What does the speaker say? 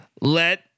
let